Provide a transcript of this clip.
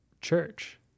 church